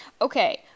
Okay